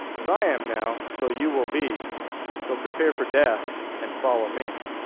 as i am now, so you will be so prepare for death and follow me.